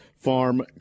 Farm